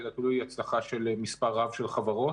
אלא הוא תלוי הצלחה של מספר רב של חברות,